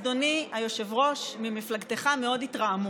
אדוני היושב-ראש, ממפלגתך מאוד התרעמו